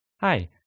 Hi